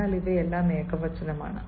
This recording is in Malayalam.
എന്നാൽ അവയെല്ലാം ഏകവചനമാണ്